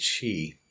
Chi